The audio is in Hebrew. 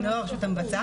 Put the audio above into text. אני לא הרשות המבצעת.